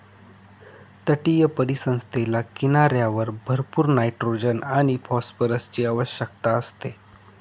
तटीय परिसंस्थेला किनाऱ्यावर भरपूर नायट्रोजन आणि फॉस्फरसची आवश्यकता असते